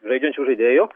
žaidžiančių žaidėjų